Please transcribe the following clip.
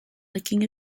licking